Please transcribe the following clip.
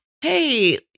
hey